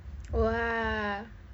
!wah!